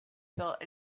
built